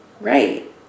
Right